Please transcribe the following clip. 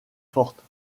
fortes